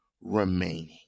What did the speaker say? remaining